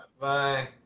Bye